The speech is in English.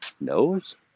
nose